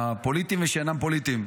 הפוליטיים ושאינם פוליטיים,